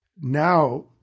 Now